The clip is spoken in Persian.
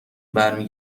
برمی